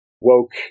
woke